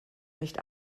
nicht